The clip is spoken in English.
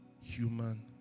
human